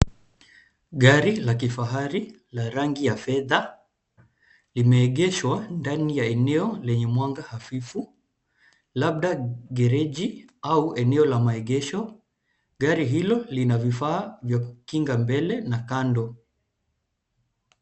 Gari la kifahari la rangi ya fedha limeegeshwa ndani ya eneo lenye mwanga hafifu labda gereji au eneo la maegesho. Gari hilo lina vifaa vya kukinga mbele na kando.